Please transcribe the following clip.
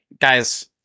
guys